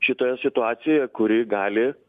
šitoje situacijoje kuri gali